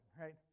right